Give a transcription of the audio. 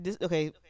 Okay